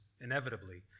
inevitably